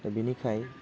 दा बेनिखाय